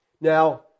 Now